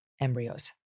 embryos